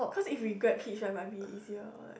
cause if we grab hitch right it might be easier or like